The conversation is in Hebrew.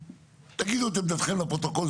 לי תגידו את עמדתכם לפרוטוקול.